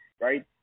right